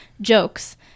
jokes